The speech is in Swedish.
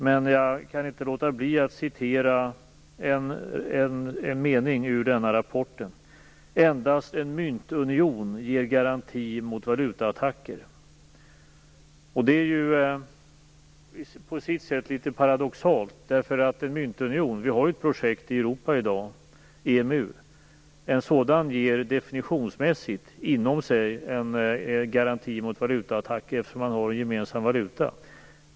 Men jag kan inte låta bli att citera en mening: "Endast en myntunion ger garanti mot valutaattacker." Det är på sitt sätt litet paradoxalt. Vi har ett projekt i Europa i dag, EMU. En sådan union ger definitionsmässigt inom sig en garanti mot valutaattacker, eftersom man har en gemensam valuta.